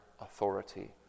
authority